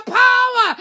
power